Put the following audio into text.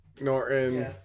Norton